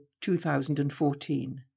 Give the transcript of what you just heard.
2014